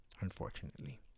unfortunately